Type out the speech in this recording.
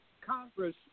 Congress